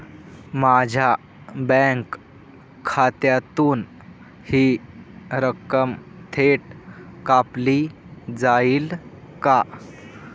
माझ्या बँक खात्यातून हि रक्कम थेट कापली जाईल का?